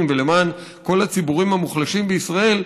ולמען כל הציבורים המוחלשים בישראל,